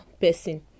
person